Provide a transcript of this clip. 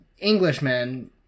Englishmen